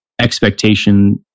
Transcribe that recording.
Expectation